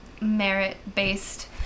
merit-based